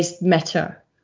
matter